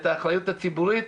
את האחריות הציבורית,